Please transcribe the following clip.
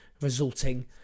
resulting